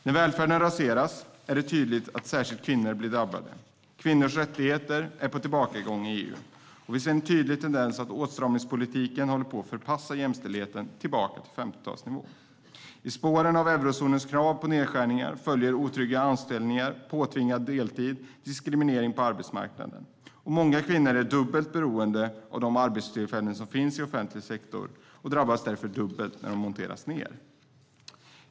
När välfärden raseras är det tydligt att särskilt kvinnor blir drabbade. Kvinnors rättigheter är på tillbakagång i EU. Vi ser en tydlig tendens till att åtstramningspolitiken håller på att förpassa jämställdheten tillbaka till 50-talsnivå. I spåren av eurozonens krav på nedskärningar följer otrygga anställningar, påtvingad deltid och diskriminering på arbetsmarknaden. Många kvinnor är beroende av de arbetstillfällen som finns i offentlig sektor och drabbas därför dubbelt när den monteras ned.